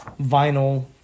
vinyl